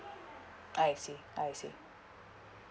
I see I see